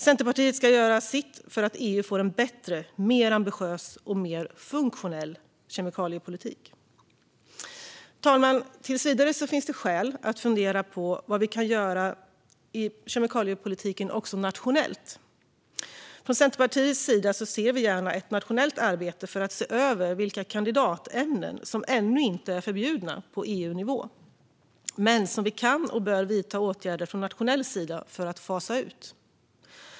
Centerpartiet ska göra sitt för att EU ska få en bättre, mer ambitiös och mer funktionell kemikaliepolitik. Fru talman! Tills vidare finns det skäl att fundera på vad vi kan göra i kemikaliepolitiken också nationellt. Från Centerpartiets sida ser vi gärna ett nationellt arbete för att se över vilka kandidatämnen som ännu inte är förbjudna på EU-nivå men som vi från nationell sida kan och bör vidta åtgärder för att fasa ut.